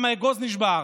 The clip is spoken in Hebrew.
גם האגוז נשבר.